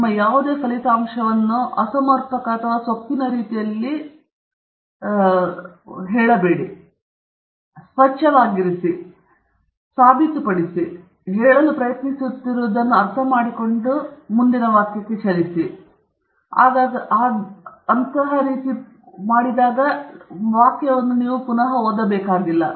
ಅದನ್ನು ಸರಳವಾಗಿ ಇರಿಸಿ ಅದನ್ನು ಸ್ವಚ್ಛವಾಗಿರಿಸಿಕೊಳ್ಳಿ ಆದ್ದರಿಂದ ಒಬ್ಬ ವ್ಯಕ್ತಿಯು ವಾಕ್ಯವನ್ನು ಓದುತ್ತಾನೆ ವಾಕ್ಯದಲ್ಲಿ ನೀವು ಹೇಳಲು ಪ್ರಯತ್ನಿಸುತ್ತಿರುವುದನ್ನು ಅರ್ಥಮಾಡಿಕೊಳ್ಳುವುದು ಮತ್ತು ಮುಂದಿನ ವಾಕ್ಯಕ್ಕೆ ಚಲಿಸುತ್ತದೆ ಮತ್ತು ಅದನ್ನು ಮತ್ತೆ ಪುನಃ ಓದಬೇಕಾಗಿಲ್ಲ